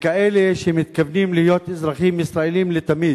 וכאלה שמתכוונים להיות אזרחים ישראלים לתמיד,